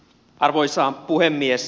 arvoisa puhemies